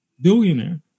billionaire